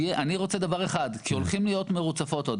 אני רוצה דבר אחד, כי הולכים להיות מרוצפות עוד.